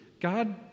God